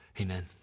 Amen